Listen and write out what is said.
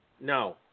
No